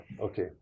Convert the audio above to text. okay